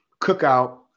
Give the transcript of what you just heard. cookout